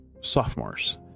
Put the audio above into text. sophomores